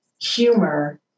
humor